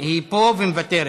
פה והיא מוותרת,